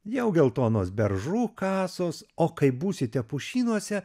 jau geltonos beržų kasos o kai būsite pušynuose